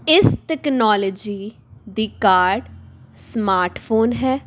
ਇਸ ਤਕਨੋਲਜੀ ਦੀ ਕਾਢ ਸਮਾਰਟਫੋਨ ਹੈ